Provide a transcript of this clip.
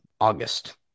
August